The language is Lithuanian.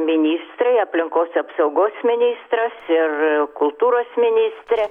ministrai aplinkos apsaugos ministras ir kultūros ministrė